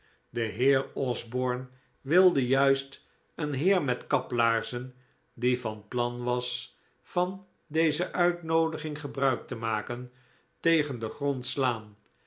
de heer osborne wilde juist een heer met kaplaarzen die van plan was van deze uitnoodiging gebruik te maken tegen den grond slaan